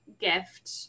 gift